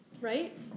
right